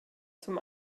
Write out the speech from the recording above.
zum